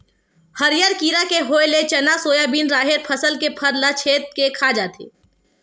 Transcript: हरियर कीरा के होय ले चना, सोयाबिन, राहेर फसल के फर ल छेंद के खा जाथे